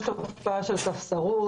יש תופעה של ספסרות,